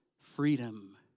Freedom